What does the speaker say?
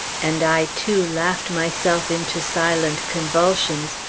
and i too laughed myself into silent convulsions,